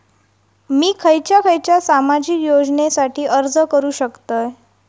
मी खयच्या खयच्या सामाजिक योजनेसाठी अर्ज करू शकतय?